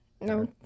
no